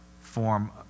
form